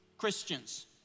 Christians